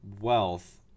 wealth